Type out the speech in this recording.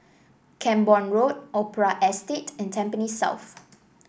Camborne Road Opera Estate and Tampines South